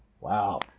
Wow